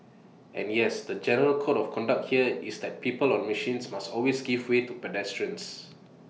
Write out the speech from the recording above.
and yes the general code of conduct here is that people on machines must always give way to pedestrians